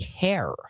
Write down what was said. care